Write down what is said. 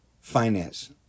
finance